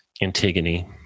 antigone